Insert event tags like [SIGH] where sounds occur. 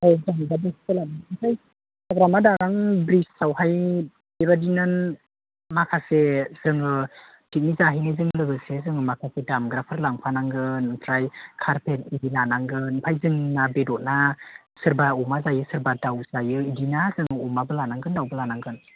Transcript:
[UNINTELLIGIBLE] ओमफ्राय हाग्रामा दालां ब्रिजआवहाय बेबायदिनो माखासे जोङो पिकनिक जाहैनायजों लोगोसे जोङो माखासे दामग्राफोर लांफानांगोन ओमफ्राय कार्पेट आरि लानांगोन ओमफ्राय जों ना बेदरना सोरबा अमा जायो सोरबा दाउ जायो बिदि ना जों अमाबो लानांगोन दाउबो लानांगोन